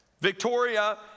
Victoria